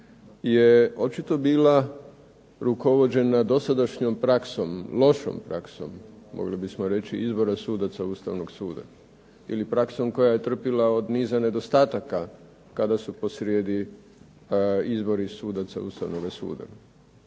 je očito bila rukovođenja dosadašnjom lošom praksom mogli bismo reći sudaca Ustavnog suda ili praksom koja je trpila od niza nedostataka kada su posrijedi izbori sudaca Ustavnoga suda